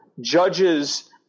judges